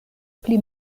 pli